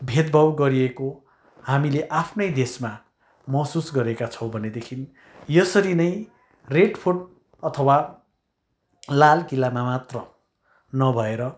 भेदभाव गरिएको हामीले आफ्नै देशमा महसुस गरेका छौँ भनेदेखि यसरी नै रेड फोर्ट अथवा लालकिलामा मात्र नभएर